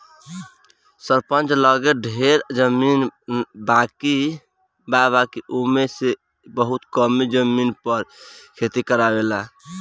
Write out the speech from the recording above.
सरपंच लगे ढेरे जमीन बा बाकिर उ ओमे में से बहुते कम जमीन पर खेती करावेलन